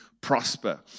prosper